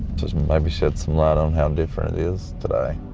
to maybe shed some light on how different it is today.